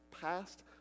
past